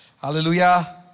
Hallelujah